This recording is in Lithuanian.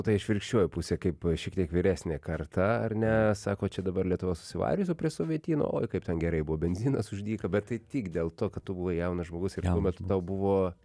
ta išvirkščioji pusė kaip šiek tiek vyresnė karta ar ne sako čia dabar lietuva susivarius o prie sovietyno oi kaip ten gerai buvo benzinas už dyką bet tai tik dėl to kad tu buvai jaunas žmogus ir tuo metu tau buvo